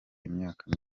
imyaka